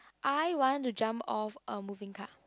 I wanna jump off a moving car